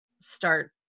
start